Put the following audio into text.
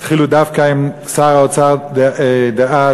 התחילו דווקא עם שר האוצר דאז,